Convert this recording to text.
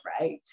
right